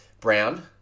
Brown